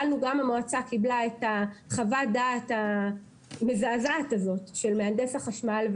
גם המועצה קיבלה את חוות הדעת המזעזעת הזאת של מהנדס החשמל.